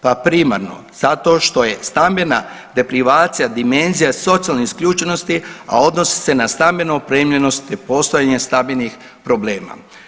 Pa primarno zato što je stambena deprivacija dimenzija socijalne isključenosti, a odnosi se na stambenu opremljenost te postojanje stambenih problema.